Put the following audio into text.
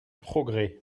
progrès